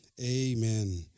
Amen